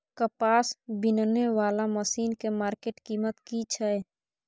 कपास बीनने वाला मसीन के मार्केट कीमत की छै?